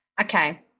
okay